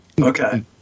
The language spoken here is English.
Okay